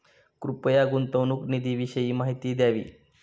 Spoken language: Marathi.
कृपया गुंतवणूक निधीविषयी माहिती द्यावी